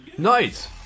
Nice